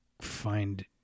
find